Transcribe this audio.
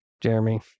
Jeremy